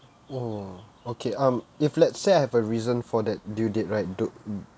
oh okay um if let's say I have a reason for that due date right do